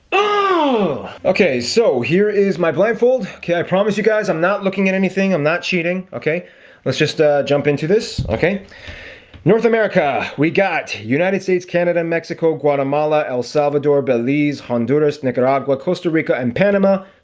oh okay, so here is my blindfold. okay? i promise you guys. i'm not looking at anything. i'm not cheating okay let's just jump into this okay north america, we got united states canada mexico, guatemala, el salvador belize, honduras, nicaragua costa rica and panama